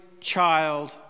child